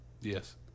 yes